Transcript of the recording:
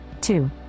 Two